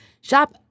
Shop